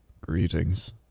greetings